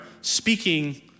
speaking